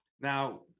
Now